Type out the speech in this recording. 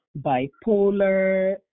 bipolar